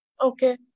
Okay